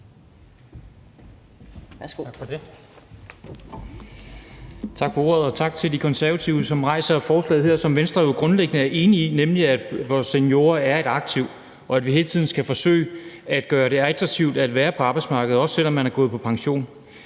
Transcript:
Tak for ordet.